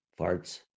farts